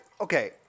okay